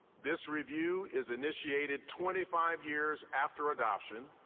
this review is initiated twenty five years after adoption,